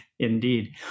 Indeed